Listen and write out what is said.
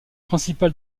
principale